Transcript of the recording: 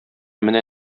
менә